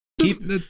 Keep